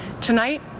Tonight